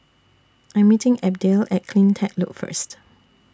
I Am meeting Abdiel At CleanTech Loop First